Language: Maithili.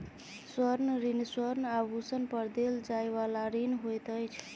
स्वर्ण ऋण स्वर्ण आभूषण पर देल जाइ बला ऋण होइत अछि